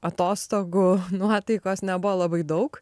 atostogų nuotaikos nebuvo labai daug